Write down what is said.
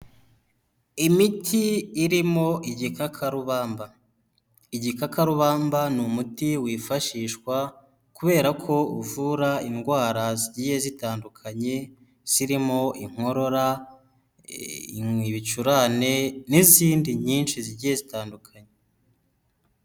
Imiti irimo igikakarubamba, igikakarubamba ni umuti wifashishwa kubera ko uvura indwara zigiye zitandukanye zirimo inkorora, ibicurane n'izindi nyinshi zigiye zitandukanye.